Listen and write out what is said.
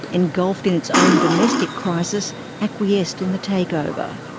engulfed in its own domestic crisis, acquiesced in the take-over.